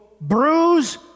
bruise